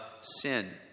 sin